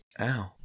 Ow